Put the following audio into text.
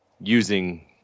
using